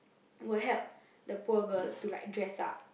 will help the poor girl to like dress up